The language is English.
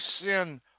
sin